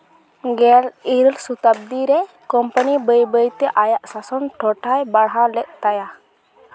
ᱜᱮᱞ ᱤᱨᱟᱹᱞ ᱥᱚᱛᱟᱵᱫᱤ ᱨᱮ ᱠᱳᱢᱯᱟᱱᱤ ᱵᱟᱹᱭ ᱵᱟᱹᱭ ᱛᱮ ᱟᱭᱟᱜ ᱥᱟᱥᱚᱱ ᱴᱚᱴᱷᱟᱭ ᱵᱟᱲᱦᱟᱣ ᱞᱮᱫ ᱛᱟᱭᱟ